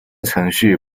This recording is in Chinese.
程序